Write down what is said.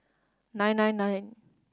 nine nine nine